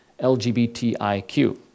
LGBTIQ